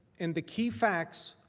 and the key facts,